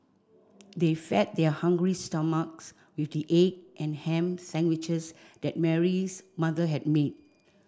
they fed their hungry stomachs with the egg and ham sandwiches that Mary' s mother had made